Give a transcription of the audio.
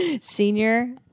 Senior